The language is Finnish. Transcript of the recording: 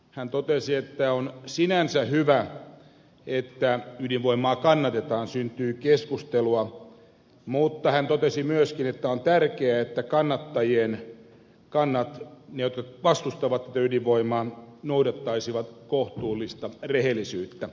hän totesi että on sinänsä hyvä että ydinvoimaa vastustetaan syntyy keskustelua mutta hän totesi myöskin että on tärkeää että ne jotka vastustavat tätä ydinvoimaa noudattaisivat kohtuullista rehellisyyttä